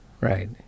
right